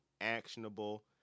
actionable